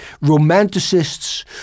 romanticists